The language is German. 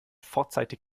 vorzeitig